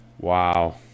Wow